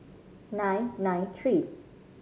nine nine three